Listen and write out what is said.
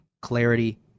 clarity